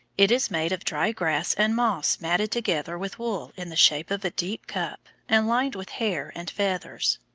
it is made of dry grass and moss matted together with wool in the shape of a deep cup, and lined with hair and feathers.